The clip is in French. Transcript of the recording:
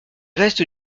restes